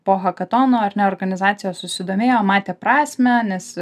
po hakatono ar ne organizacijos susidomėjo matė prasmę nes